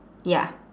ya